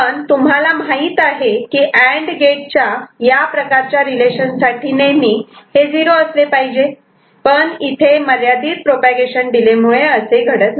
पण तुम्हाला माहित आहे कि अँड गेट च्या या प्रकारच्या रिलेशन साठी नेहमी हे 0 असले पाहिजे पण इथे मर्यादित प्रोपागेशन डिले मुळे असे घडत नाही